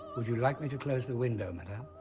would you like me to close the window, madame?